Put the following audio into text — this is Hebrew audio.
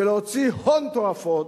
ולהוציא הון תועפות,